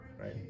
right